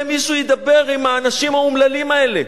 אולי מישהו ידבר עם האנשים האומללים האלה,